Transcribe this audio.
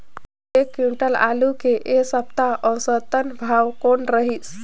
एक क्विंटल आलू के ऐ सप्ता औसतन भाव कौन रहिस?